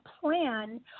plan